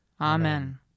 Amen